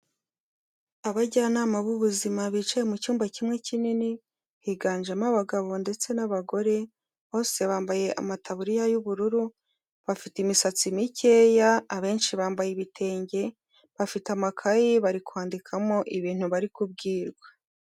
Abajyanama b'ubuzima bicaye mu cyumba kimwe kinini, higanjemo abagabo ndetse n'abagore, bose bambaye amataburiya y'ubururu, bafite imisatsi mikeya abenshi bambaye ibitenge, bafite amakayi bari kwandikamo ibintu bari kubwirwa.